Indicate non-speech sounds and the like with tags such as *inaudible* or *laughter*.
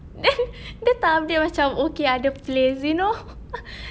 then dia tak update macam okay ada place you know *laughs*